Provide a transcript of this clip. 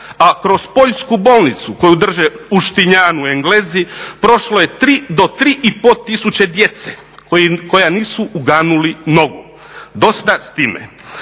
a kroz poljsku bolnicu koju drže u Štinjanu Englezi prošlo je 3 do 3,5 tisuće djece koja nisu uganuli nogu. Dosta s time.